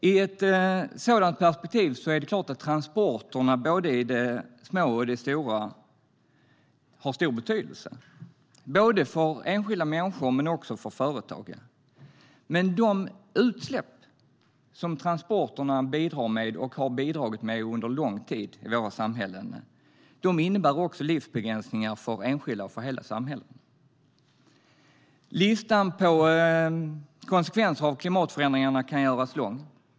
I ett sådant perspektiv är det klart att transporterna både i det lilla och det stora har stor betydelse för enskilda människor och för företag. Men de utsläpp som transporterna bidrar med och har bidragit med under lång tid i våra samhällen innebär också livsbegränsningar för enskilda och för hela samhällen. Listan på konsekvenser av klimatförändringarna kan göras lång.